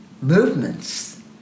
movements